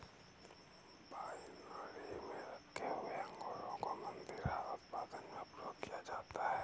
winery में रखे हुए अंगूरों को मदिरा उत्पादन में प्रयोग किया जाता है